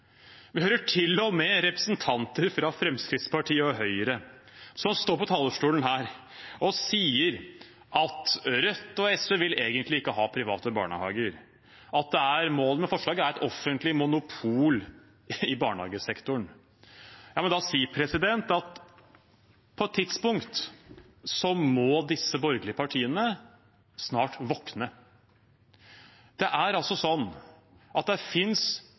Vi hører til og med representanter fra Fremskrittspartiet og Høyre som står på talerstolen her og sier at Rødt og SV egentlig ikke vil ha private barnehager, at målet med forslaget er et offentlig monopol i barnehagesektoren. Jeg må da si at på et tidspunkt må disse borgerlige partiene snart våkne. Det er altså sånn at det fins